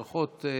ברכות.